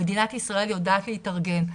מדינת ישראל יודעת להתארגן.